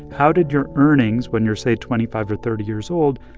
how did your earnings when you're, say, twenty five or thirty years old,